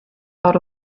out